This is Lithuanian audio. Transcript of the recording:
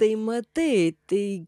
tai matai tai